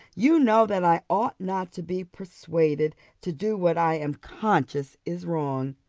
you know that i ought not to be persuaded to do what i am conscious is wrong.